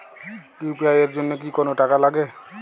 UPI এর জন্য কি কোনো টাকা লাগে?